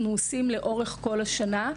אנחנו עושים לאורך כל השנה.